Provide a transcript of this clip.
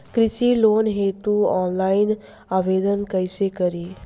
कृषि लोन हेतू ऑफलाइन आवेदन कइसे करि?